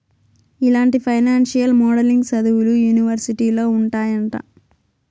ఇలాంటి financial modelling సదువులు యూనివర్సిటీలో ఉంటాయంట